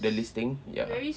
that listing ya